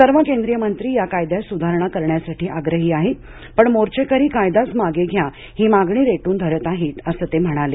सर्व केंद्रीय मंत्री या कायदयात सुधारणा करण्यासाठी आग्रहीआहेत पण मोर्चेकरी कायदाच मागे घ्या ही मागणी रेटून धरत आहेत असं ते म्हणाले